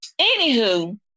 anywho